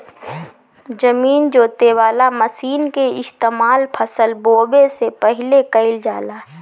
जमीन जोते वाला मशीन के इस्तेमाल फसल बोवे से पहिले कइल जाला